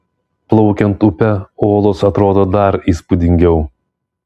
plaukiant upe olos atrodo dar įspūdingiau